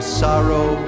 sorrow